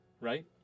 right